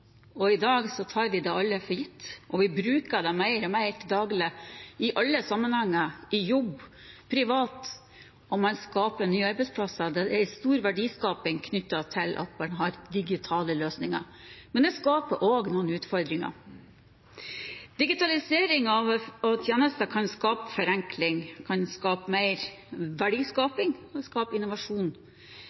og i dag tar vi det alle for gitt. Vi bruker det mer og mer til daglig i alle sammenhenger – i jobb, privat – og man skaper nye arbeidsplasser. Det er en stor verdiskaping knyttet til at man har digitale løsninger, men det skaper også noen utfordringer. Digitalisering av tjenester kan skape forenkling, mer verdiskaping og innovasjon.